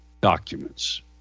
documents